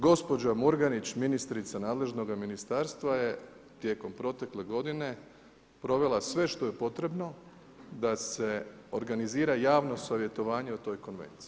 Gospođa Murganić, ministrica nadležnoga ministarstva je tijekom protekle godine provela sve što je potrebno da se organizira javno savjetovanje o toj konvenciji.